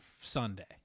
Sunday